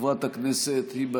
חבר הכנסת ינון אזולאי,